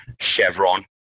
Chevron